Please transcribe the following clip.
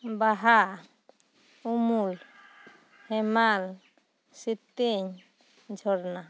ᱵᱟᱦᱟ ᱩᱢᱩᱞ ᱦᱮᱢᱟᱞ ᱥᱤᱛᱤᱧ ᱡᱷᱚᱨᱱᱟ